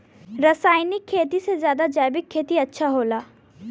रासायनिक खेती से ज्यादा जैविक खेती अच्छा होला